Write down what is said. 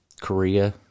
Korea